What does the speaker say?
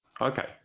Okay